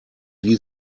wie